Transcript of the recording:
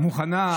מוכנה ועקבית.